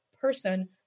person